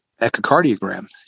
echocardiogram